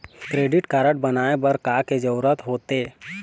Credit card बनवाए बर का के जरूरत होते?